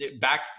back